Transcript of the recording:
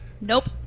Nope